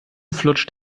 flutscht